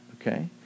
okay